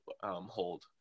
hold